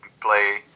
play